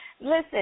Listen